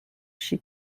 she